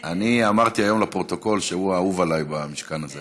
אני אמרתי היום לפרוטוקול שהוא האהוב עליי במשכן הזה,